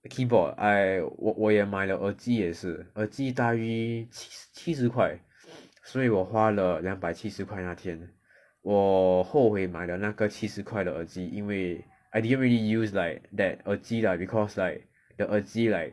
the keyboard I 我我也买了耳机也是耳机大约七十七十块所以我花了两百七十块那天我后悔买了那个七十块的耳机因为 I didn't really use like that 耳机 lah because like the 耳机 like